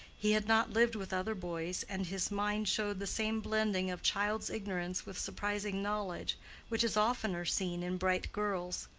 he had not lived with other boys, and his mind showed the same blending of child's ignorance with surprising knowledge which is oftener seen in bright girls.